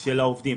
של העובדים.